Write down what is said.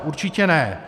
Určitě ne.